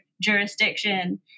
jurisdiction